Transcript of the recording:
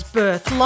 birth